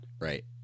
Right